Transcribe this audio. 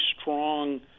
strong